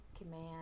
command